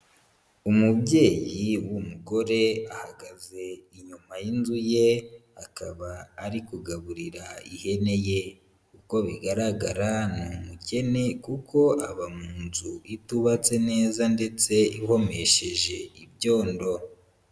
Umubyeyi w'umugore ahagaze inyuma y'inzu ye, akaba ari kugaburira ihene ye, uko bigaragara ni umukene kuko aba mu nzu itubatse neza ndetse ihomesheje ibyondo.